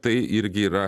tai irgi yra